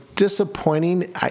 disappointing